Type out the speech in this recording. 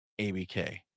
ABK